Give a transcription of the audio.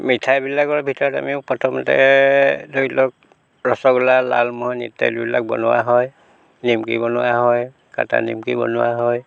মিঠাইবিলাকৰ ভিতৰত আমি প্ৰথমতে ধৰি লওক ৰসগোল্লা লালমোহন আদি ইত্যাদিবিলাক বনোৱা হয় নিমকি বনোৱা হয় কাটা নিমকি বনোৱা হয়